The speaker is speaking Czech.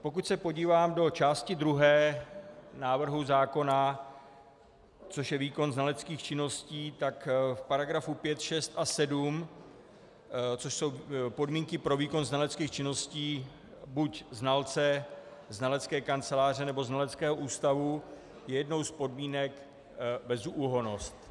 Pokud se podívám do části druhé návrhu zákona, což je výkon znaleckých činností, tak v § 5, 6 a 7, což jsou podmínky pro výkon znaleckých činností buď znalce, znalecké kanceláře, nebo znaleckého ústavu, je jednou z podmínek bezúhonnost.